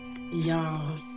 y'all